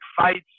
fights